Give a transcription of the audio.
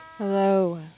Hello